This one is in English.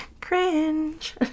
Cringe